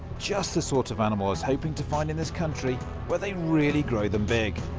just the sort of animal i was hoping to find in this country where they really grow them big.